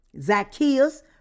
Zacchaeus